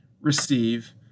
receive